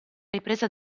ripresa